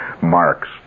marks